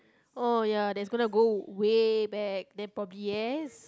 oh ya that's gonna go way back then probably yes